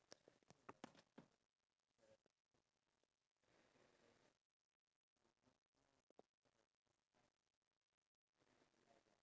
socialising between individuals because we have our phones with us and we tend to pay attention to it more rather than focus